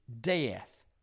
death